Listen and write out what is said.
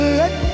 let